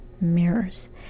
mirrors